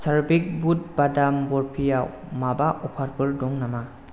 Chadwick बुद बादाम बरफियाव माबा अफारफोर दङ नामा